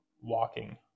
walking